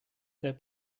their